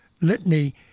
litany